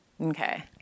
okay